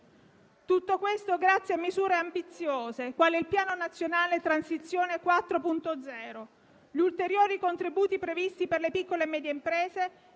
Tutto questo grazie a misure ambiziose, come il Piano nazionale transizione 4.0, gli ulteriori contributi previsti per le piccole e medie imprese